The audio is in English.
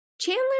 chandler